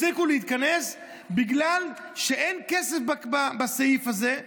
הפסיקו להתכנס בגלל שאין כסף בסעיף הזה,